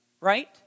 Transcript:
right